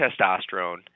testosterone